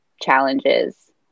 challenges